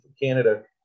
Canada